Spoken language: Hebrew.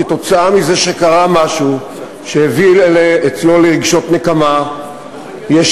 כתוצאה מזה שקרה משהו שהביא לרגשות נקמה אצלו,